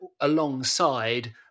alongside